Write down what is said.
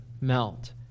melt